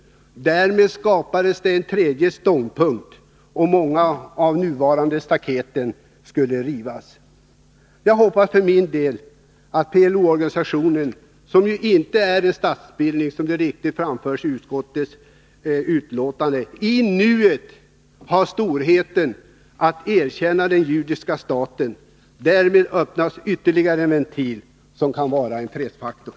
Därmed skulle det skapas en tredje ståndpunkt, och många av de nuvarande staketen kunde rivas. För min del hoppas jag att PLO-organisationen — som ju inte är någon statsbildning, som utskottet så riktigt framhåller — i nuet har storheten att erkänna den judiska staten. Därmed öppnas ytterligare en ventil som kan vara en fredsfaktor.